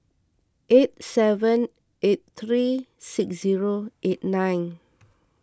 eight seven eight three six zero eight nine